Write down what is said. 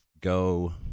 go